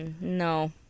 No